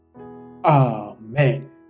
Amen